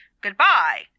Goodbye